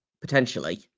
potentially